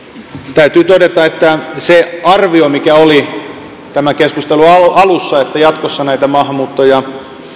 täytyy todeta että näyttää siltä että se arvio mikä oli tämän keskustelun alussa että jatkossa näitä maahanmuutto ja